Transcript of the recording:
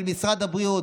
של משרד הבריאות,